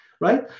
right